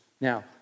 Now